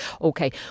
Okay